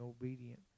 obedient